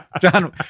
John